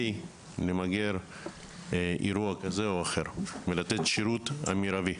זאת על מנת למגר אירוע כזה או אחר ועל מנת להעניק שירות מירבי.